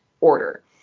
order